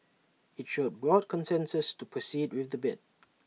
IT showed broad consensus to proceed with the bid